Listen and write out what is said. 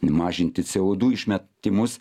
mažinti c o du išmetimus